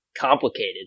complicated